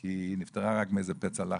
כי היא נפטרה רק מאיזה פצע לחץ,